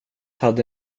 hade